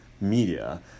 media